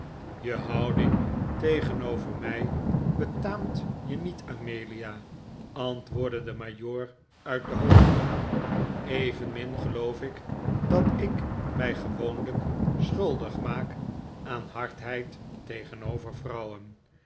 je houding tegenover mij betaamt je niet amelia antwoordde de majoor uit dehoogte evenmin geloof ik dat ik mij gewoonlijk schuldig maak aan hardheid tegenover vrouwen